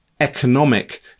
economic